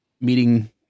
meeting